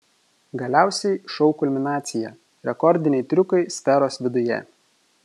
galiausiai šou kulminacija rekordiniai triukai sferos viduje